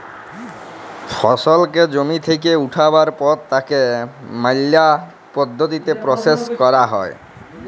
ফসলকে জমি থেক্যে উঠাবার পর তাকে ম্যালা পদ্ধতিতে প্রসেস ক্যরা হ্যয়